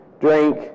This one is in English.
drink